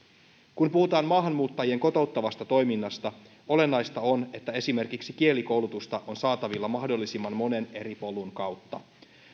kun puhutaan maahanmuuttajien kotouttavasta toiminnasta olennaista on että esimerkiksi kielikoulutusta on saatavilla mahdollisimman monen eri polun kautta